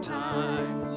time